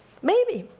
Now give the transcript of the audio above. maybe,